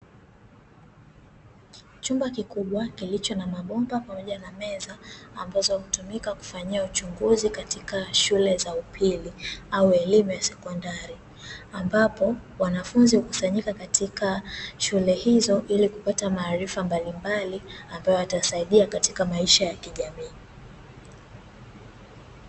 Chumba kikubwa kilicho na mabomba pamoja na meza, ambazo hutumika kufanyia uchunguzi katika shule za upili au elimu ya sekondari ambapo wanafunzi hukusanyika katika shule hizo ili kupata maarifa mbalimbali ambayo yatasaidia katika maisha ya kijamii.